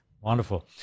Wonderful